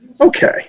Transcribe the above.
Okay